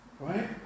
Right